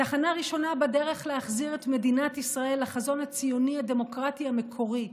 תחנה ראשונה בדרך להחזיר את מדינת ישראל לחזון הציוני הדמוקרטי המקורי,